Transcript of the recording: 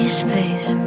space